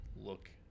look